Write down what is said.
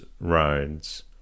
roads